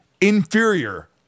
inferior